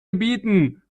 gebieten